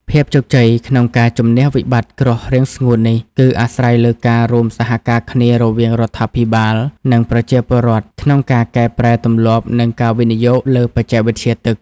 ភាពជោគជ័យក្នុងការជម្នះវិបត្តិគ្រោះរាំងស្ងួតនេះ គឺអាស្រ័យលើការរួមសហការគ្នារវាងរដ្ឋាភិបាល និងប្រជាពលរដ្ឋ ក្នុងការកែប្រែទម្លាប់ និងការវិនិយោគលើបច្ចេកវិទ្យាទឹក។